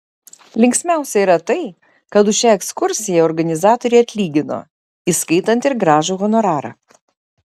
linksmiausia yra tai kad už šią ekskursiją organizatoriai atlygino įskaitant ir gražų honorarą